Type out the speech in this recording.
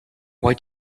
why